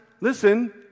listen